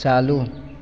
चालू